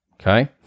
okay